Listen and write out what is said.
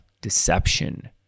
deception